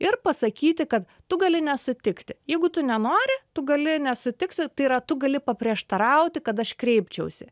ir pasakyti kad tu gali nesutikti jeigu tu nenori tu gali nesutikti tai yra tu gali paprieštarauti kad aš kreipčiausi